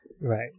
Right